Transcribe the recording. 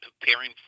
preparing